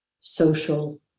social